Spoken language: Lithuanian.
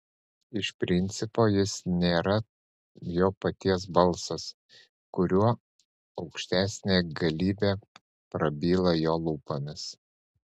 iš principo jis nėra jo paties balsas kuriuo aukštesnė galybė prabyla jo lūpomis